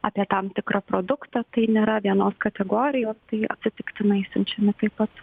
apie tam tikrą produktą tai nėra vienos kategorijos tai atsitiktinai siunčiami taip pat